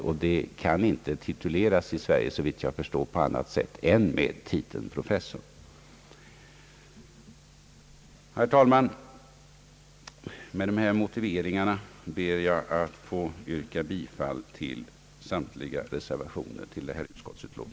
En sådan befattningshavare kan såvitt jag förstår inte tituleras på annat sätt än med titeln professor.